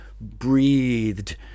breathed